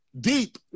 Deep